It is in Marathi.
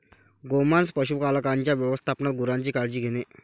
गोमांस पशुपालकांच्या व्यवस्थापनात गुरांची काळजी घेणे